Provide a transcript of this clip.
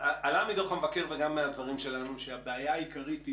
עלה מדוח המבקר וגם מהדברים שלנו שהבעיה העיקרית היא